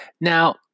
Now